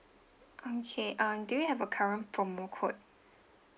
okay um do you have a current promo code